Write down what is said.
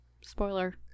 Spoiler